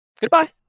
Goodbye